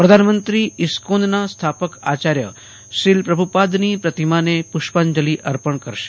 પ્રધાનમાંત્રી ઇસ્કોનના સ્થાપક આચાયપ શ્રીલ પ્રભપાદની પ્ર તિમાને પષ્પાજ઼લિ અપ ણ કરશે